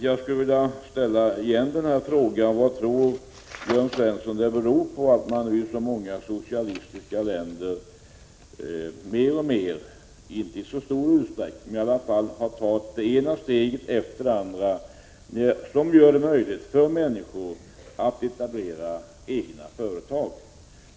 Jag skulle återigen vilja ställa frågan: Vad tror Jörn Svensson det beror på att man i så många socialistiska länder mer och mer, även om inte i så stor utsträckning, har tagit det ena steget efter det andra som gör det möjligt för människor att etablera egna företag?